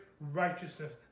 righteousness